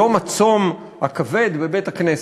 יום הצום הכבד בבית-הכנסת.